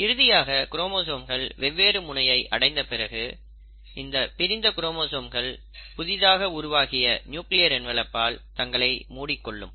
இறுதியாக குரோமோசோம்கள் வெவ்வேறு முனையை அடைந்த பிறகு இந்தப் பிரிந்த குரோமோசோம்கள் புதிதாக உருவாகிய நியூக்ளியர் என்வலப்பால் தங்களை மூடிக் கொள்ளும்